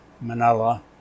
Manila